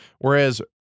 whereas